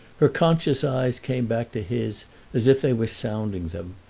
her conscious eyes came back to his as if they were sounding them,